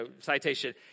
citation